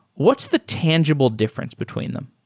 what's the tangible difference between them?